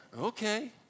Okay